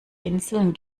inseln